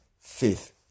faith